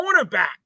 cornerback